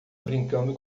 brincando